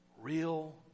Real